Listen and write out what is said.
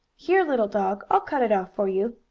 here, little dog, i'll cut it off for you,